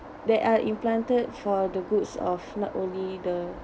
that are implanted for the goods of not only the